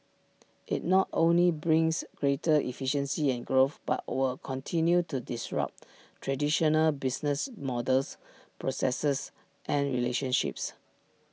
IT not only brings greater efficiency and growth but will continue to disrupt traditional business models processes and relationships